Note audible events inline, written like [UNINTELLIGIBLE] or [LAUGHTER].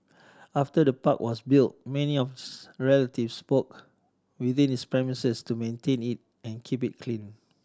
after the park was built many [UNINTELLIGIBLE] relatives book within its premises to maintain it and keep it clean